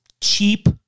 cheap